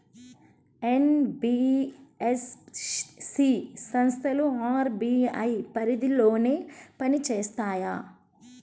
NBFC సంస్థలు RBI పరిధిలోనే పని చేస్తాయా?